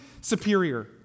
superior